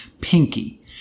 Pinky